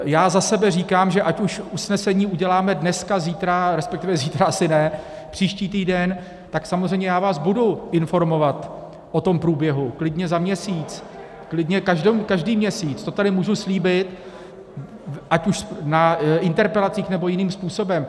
Já za sebe říkám, že ať už usnesení uděláme dnes, zítra, resp. zítra asi ne, příští týden, tak samozřejmě vás budu informovat o průběhu, klidně za měsíc, klidně každý měsíc, to tady můžu slíbit, ať už na interpelacích, nebo jiným způsobem.